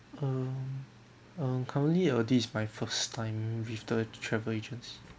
um uh currently uh this is my first time with the travel agents